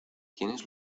tienes